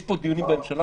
יש פה דיונים בממשלה.